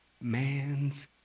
man's